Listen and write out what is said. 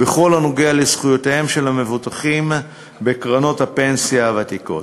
בכל הקשור לזכויותיהם של המבוטחים בקרנות הפנסיה הוותיקות.